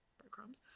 breadcrumbs